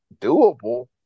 doable